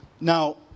Now